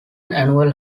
annual